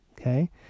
okay